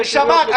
נשמה,